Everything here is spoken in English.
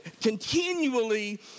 continually